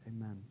amen